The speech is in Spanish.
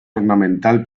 ornamental